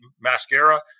mascara